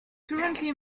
currently